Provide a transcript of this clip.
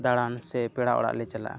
ᱫᱟᱬᱟᱱ ᱥᱮ ᱯᱮᱲᱟ ᱚᱲᱟᱜ ᱞᱮ ᱪᱟᱞᱟᱜᱼᱟ